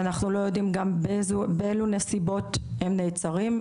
ואנחנו גם לא יודעים באילו נסיבות הם נעצרים.